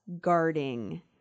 guarding